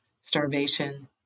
starvation